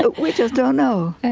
but we just don't know.